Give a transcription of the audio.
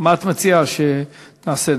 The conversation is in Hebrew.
מה את מציעה שנעשה?